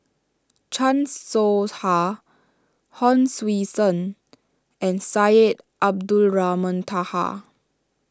Chan Soh Ha Hon Sui Sen and Syed Abdulrahman Taha